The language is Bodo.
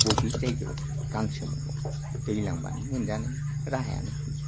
बबे जायगायाव गांसो मोनबावगोन दैज्लांबानो मोनजानो राहायानो गैया